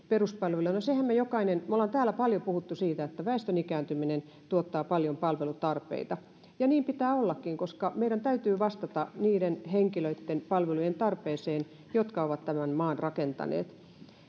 peruspalveluja aikamoisesti siitähän me olemme täällä paljon puhuneet että väestön ikääntyminen tuottaa paljon palvelutarpeita ja niin pitää ollakin koska meidän täytyy vastata niiden henkilöitten palvelujen tarpeeseen jotka ovat tämän maan rakentaneet